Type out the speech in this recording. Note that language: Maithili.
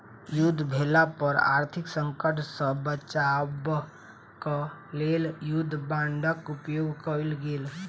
युद्ध भेला पर आर्थिक संकट सॅ बचाब क लेल युद्ध बांडक उपयोग कयल गेल